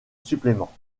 supplément